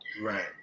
Right